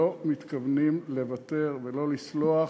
לא מתכוונים לוותר ולא לסלוח.